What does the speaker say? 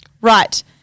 Right